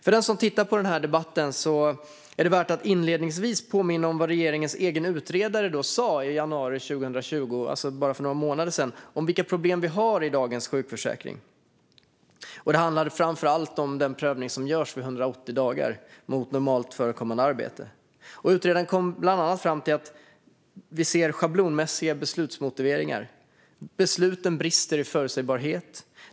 För den som tittar på denna debatt är det värt att inledningsvis påminna om vad regeringens egen utredare sa i januari 2020, det vill säga bara för några månader sedan, om vilka problem vi har i dagens sjukförsäkring. Det handlade framför allt om den prövning som görs vid 180 dagar mot normalt förekommande arbete. Utredaren kom bland annat fram till att man kan se schablonmässiga beslutsmotiveringar. Besluten brister i förutsägbarhet.